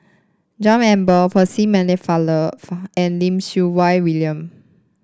John Eber Percy Pennefather and Lim Siew Wai William